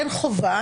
אין חובה,